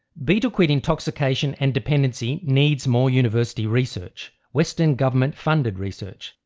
betel quid intoxication and dependency needs more university research, western government funded research.